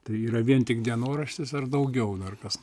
tai yra vien tik dienoraštis ar daugiau dar kas